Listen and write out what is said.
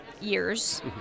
years